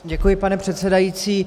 Děkuji pane předsedající.